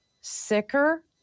sicker